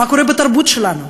מה קורה בתרבות שלנו.